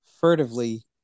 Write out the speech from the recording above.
furtively